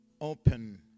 open